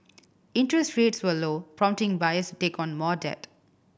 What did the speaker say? interest rates were low prompting buyers to take on more debt